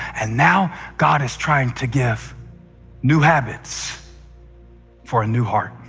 and now god is trying to give new habits for a new heart.